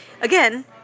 again